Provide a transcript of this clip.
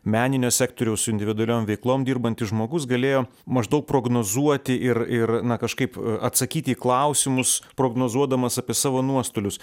meninio sektoriaus su individualiom veiklom dirbantis žmogus galėjo maždaug prognozuoti ir ir na kažkaip atsakyti į klausimus prognozuodamas apie savo nuostolius